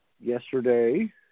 Yesterday